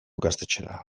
gaztetxera